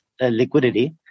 liquidity